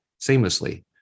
seamlessly